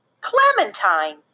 Clementine